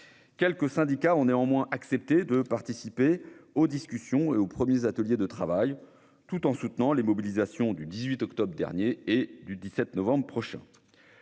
Quelques syndicats ont néanmoins accepté de participer aux discussions et aux premiers ateliers de travail, tout en soutenant les mobilisations du 18 octobre dernier et du 17 novembre prochain.